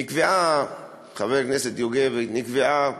חבר הכנסת יוגב, נקבעה